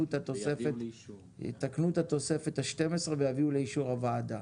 את התוספת ה-12 ויביאו לאישור הוועדה.